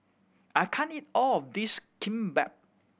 I can't eat all of this Kimbap